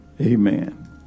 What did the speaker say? Amen